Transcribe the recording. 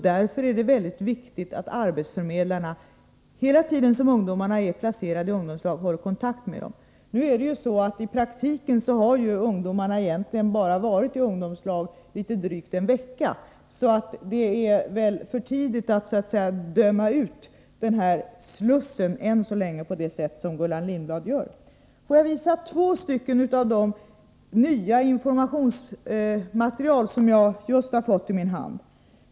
Därför är det väsentligt att arbetsförmedlarna håller kontakt med ungdomarna under hela den tid de är placerade i ungdomslag. Nu är det ju så i praktiken att ungdomarna har varit i ungdomslag litet drygt en vecka, så det är väl än så länge för tidigt att döma ut denna sluss på det sätt som Gullan Lindblad gör. Får jag visa två av de nya informationsbroschyrer som jag just har fått i min hand.